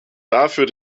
dafür